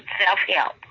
self-help